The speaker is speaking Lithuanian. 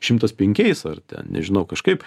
šimtas penkiais ar ten nežinau kažkaip